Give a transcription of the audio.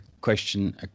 question